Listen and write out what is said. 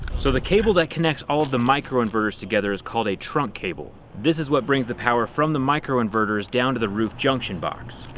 so the cable that connects all the micro-inverters together is called a trunk cable. this is what brings the power from the micro-inverters down to the roof junction box.